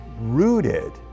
rooted